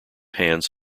hands